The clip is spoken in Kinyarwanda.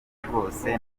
rwose